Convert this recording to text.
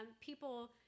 people